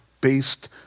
based